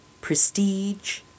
Prestige